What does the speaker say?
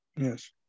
yes